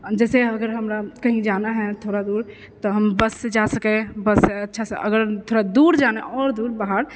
जैसे अगर हमरा कही जाना है थोड़ा दूर तऽ हम बससे जा सकए है बस अच्छासँ अगर थोड़ा दूर जाना है आओर दूर बाहर